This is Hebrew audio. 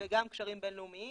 וגם קשרים בינלאומיים.